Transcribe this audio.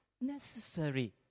necessary